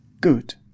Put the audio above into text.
Good